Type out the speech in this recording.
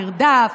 נרדף,